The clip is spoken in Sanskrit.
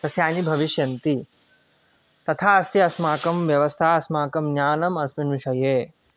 सस्यानि भविष्यन्ति तथा अस्ति अस्माकं व्यवस्था अस्माकं ज्ञानम् अस्मिन् विषये